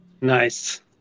Nice